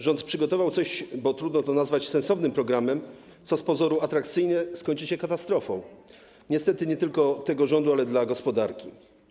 Rząd przygotował coś, bo trudno to nazwać sensownym programem, co z pozoru atrakcyjne, ale skończy się katastrofą, niestety nie tylko tego rządu, ale dla gospodarki.